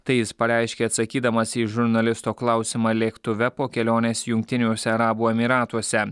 tai jis pareiškė atsakydamas į žurnalisto klausimą lėktuve po kelionės jungtiniuose arabų emyratuose